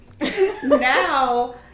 Now